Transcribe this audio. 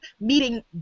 meeting